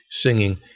singing